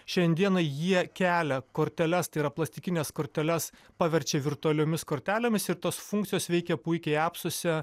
šiandieną jie kelia korteles tai yra plastikines korteles paverčia virtualiomis kortelėmis ir tos funkcijos veikia puikiai apsuose